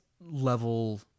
level